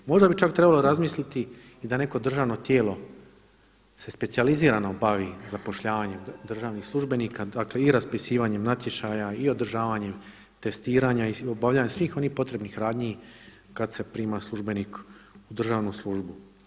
Možda bi čak trebalo razmisliti i da neko državno tijelo se specijalizirano bavi zapošljavanjem državnih službenika, dakle i raspisivanjem natječaja i održavanjem testiranja i obavljanja svih onih potrebnih radnji kad se prima službenik u državnu službu.